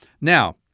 Now